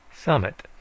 Summit